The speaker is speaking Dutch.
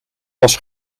was